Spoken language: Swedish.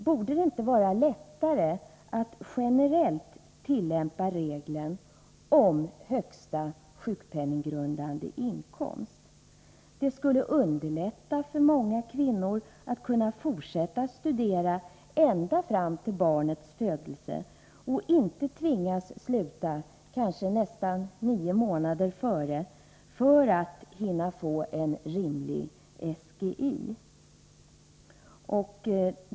Borde det inte vara lättare att generellt tillämpa regeln om högsta sjukpenninggrundande inkomst? Detta skulle underlätta för många kvinnor att fortsätta studera ända fram till barnets födelse och inte tvingas sluta kanske nästan nio månader före för att hinna få en rimlig SGI.